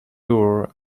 door